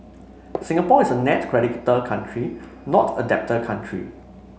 Singapore is a net creditor country not a debtor country